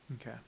Okay